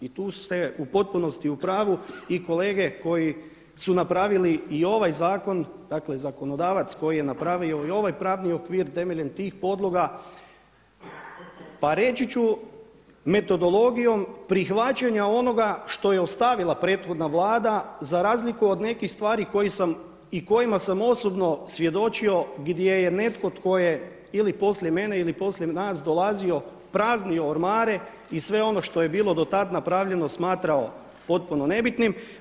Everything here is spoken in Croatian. I tu ste u potpunosti u pravu i kolege koji su napravili i ovaj zakon, dakle zakonodavac koji je napravio i ovaj pravni okvir temeljem tih podloga pa reći ću metodologijom prihvaćanja onoga što je ostavila prethodna Vlada za razliku od nekih stvari i kojima sam osobno svjedočio, gdje je netko tko je ili poslije mene ili poslije nas dolazio praznio ormare i sve ono što je bilo do tad napravljeno smatrao potpuno nebitnim.